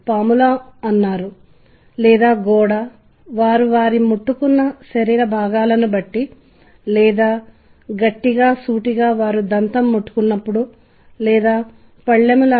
ఒక సంగీత భాగం అది శ్రుతిగా ఉంటుంది స్వరాలు మరియు స్వరాల మధ్య ఖాళీలు వాటి లయను కలిగి ఉంటాయి మరియు దానికి తబలాతో పాటు శ్రుతి కూడా ఉంటుంది